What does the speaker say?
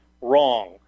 wrong